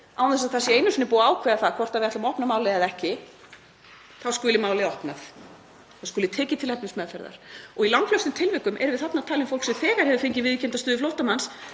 án þess að það sé einu sinni búið að ákveða hvort við ætlum að opna málið eða ekki, þá skuli málið opnað, það skuli tekið til efnismeðferðar. Í langflestum tilvikum erum við þarna að tala um fólk sem þegar hefur fengið viðurkennda stöðu flóttamanns